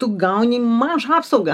tu gauni mažą apsaugą